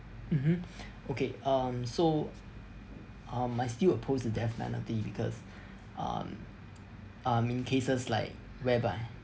mmhmm okay um so um I still oppose the death penalty because um um in cases like whereby